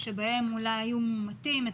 ילדים מאומתים.